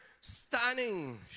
stunning